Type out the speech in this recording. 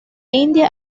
india